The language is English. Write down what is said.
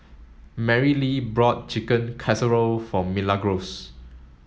Marylee bought Chicken Casserole for Milagros